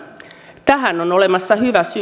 tähän on olemassa hyvä syy